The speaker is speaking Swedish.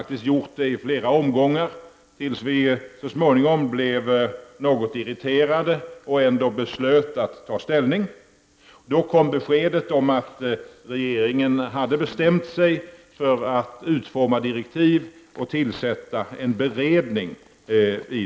Vi har gjort det i flera omgångar tills vi så småningom blev något irriterade och beslöt att ändå ta ställning. Då kom beskedet om att regeringen hade bestämt sig för att utforma direktiv och tillsätta en beredning.